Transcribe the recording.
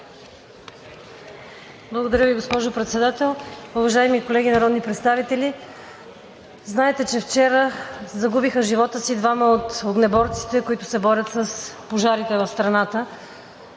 Благодаря Ви, госпожо Председател. Уважаеми колеги народни представители, знаете, че вчера загубиха живота си двама от огнеборците, които се борят с пожарите в страната.